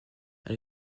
elle